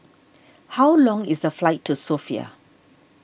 how long is the flight to Sofia